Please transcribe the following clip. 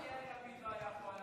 למה יאיר לפיד לא היה פה הלילה?